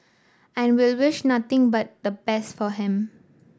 and we'll wish nothing but the best for him